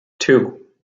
two